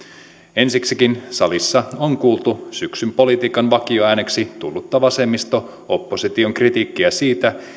ensiksikin salissa on kuultu syksyn politiikan vakioääneksi tullutta vasemmisto opposition kritiikkiä siitä